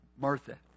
Martha